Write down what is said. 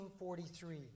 1943